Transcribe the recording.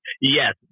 Yes